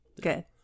good